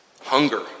hunger